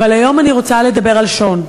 היום אני רוצה לדבר על שון.